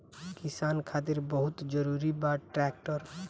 किसान खातिर बहुत जरूरी बा ट्रैक्टर